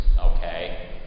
Okay